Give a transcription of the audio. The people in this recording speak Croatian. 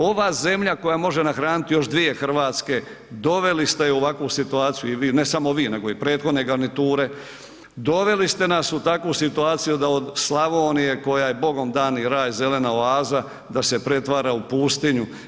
Ova zemlja koja može nahranit još 2 RH, doveli ste je u ovakvu situaciju i vi, ne samo vi nego i prethodne garniture, doveli ste nas u takvu situaciju da od Slavonije koja je Bogom dani raj, zelena oaza, da se pretvara u pustinju.